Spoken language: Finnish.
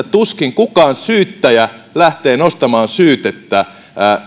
tuskin kukaan syyttäjä lähtee nostamaan syytettä